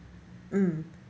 mm